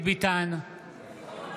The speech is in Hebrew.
אינו